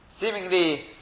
seemingly